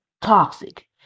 toxic